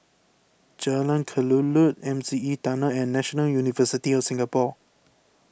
Jalan Kelulut M C E Tunnel and National University of Singapore